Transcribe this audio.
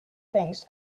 things